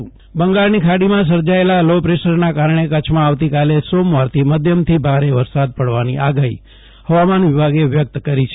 જયદિપ વૈષ્ણવ કચ્છમાં વરસાદ બંગાળની ખાડીમાં સર્જાયેલ લો પ્રેશરના કારણે કચ્છમા આવતી કાલે સોમવારથી મધ્યમથી ભારે વરસાદ પડવાની આગાફી ફવામાન વિભાગે વ્યક્ત કરી છે